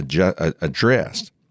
addressed